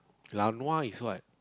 laonua is what